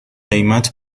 قیمت